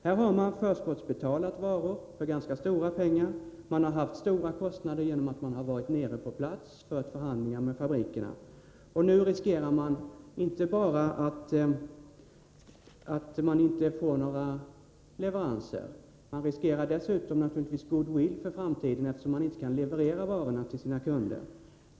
Företaget har förskottsbetalat varor till ganska stora belopp, man har haft stora kostnader på grund av att man varit på plats och förhandlat med fabrikerna, och nu riskerar man inte bara att inte få några leveranser utan man riskerar också sin goodwill för framtiden, om man inte kan leverera varorna till sina kunder.